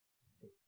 six